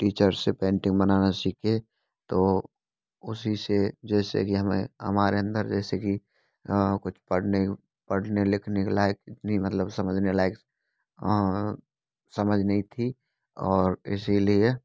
teacher से painting बनाना सीखे तो उसी से जैसे कि हमें हमारे अंदर जैसे की कुछ पढ़ने पढ़ने लिखने लायक नहीं मतलब समझने लायक समझ नहीं थी और इसीलिए